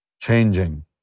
changing